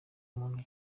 muntu